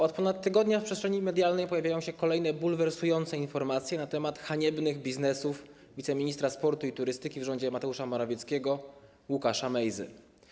Od ponad tygodnia w przestrzeni medialnej pojawiają się kolejne bulwersujące informacje na temat haniebnych biznesów wiceministra sportu i turystyki w rządzie Mateusza Morawieckiego Łukasza Mejzy.